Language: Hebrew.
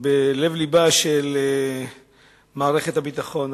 בלב-לבה של מערכת הביטחון.